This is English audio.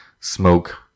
smoke